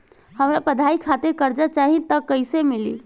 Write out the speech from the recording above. हमरा पढ़ाई खातिर कर्जा चाही त कैसे मिली?